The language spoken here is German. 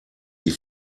die